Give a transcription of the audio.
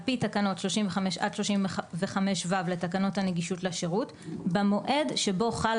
על פי תקנות 35 עד 35ו לתקנות הנגישות לשירות במועד שבו חלה